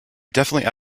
definitely